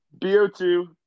BO2